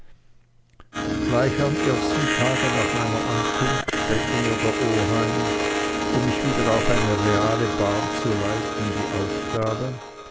gleich am ersten tage nach meiner ankunft stellte mir der oheim um mich wieder auf eine reale bahn zu leiten die aufgabe